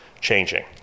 changing